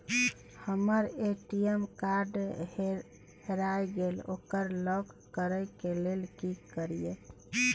हमर ATM card हेरा गेल ओकरा लॉक करै के लेल की करियै?